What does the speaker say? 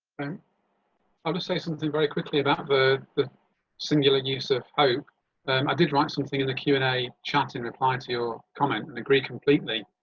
um ah to say something very quickly about ah the singular use of hope. um i did write something in the q and a chat in replying to your comment and agree completely.